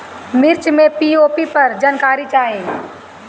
मिर्च मे पी.ओ.पी पर जानकारी चाही?